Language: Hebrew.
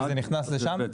זה נכנס לשם?